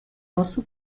also